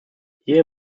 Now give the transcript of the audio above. hier